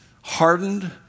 hardened